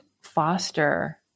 foster